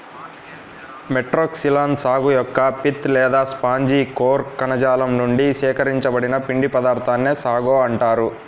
Metroxylon సాగు యొక్క pith లేదా స్పాంజి కోర్ కణజాలం నుండి సేకరించిన పిండి పదార్థాన్నే సాగో అంటారు